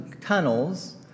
tunnels